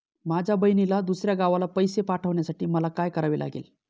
माझ्या बहिणीला दुसऱ्या गावाला पैसे पाठवण्यासाठी मला काय करावे लागेल?